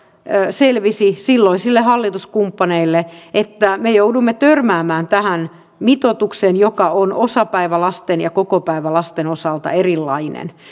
selvisi silloisille hallituskumppaneille että me joudumme törmäämään tähän mitoitukseen joka on osapäivälasten ja kokopäivälasten osalta erilainen